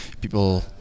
people